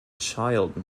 child